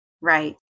Right